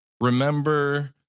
remember